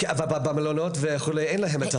אבל במלונות וכולי אין להם את זה.